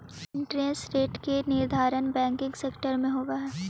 interest rate के निर्धारण banking sector में होवऽ हई